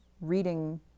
reading